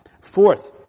Fourth